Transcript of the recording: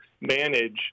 manage